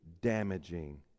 damaging